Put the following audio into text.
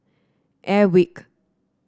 airwick